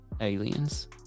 aliens